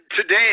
today